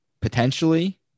potentially